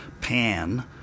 pan